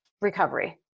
recovery